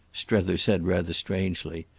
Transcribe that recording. strether said rather strangely.